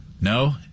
No